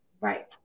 Right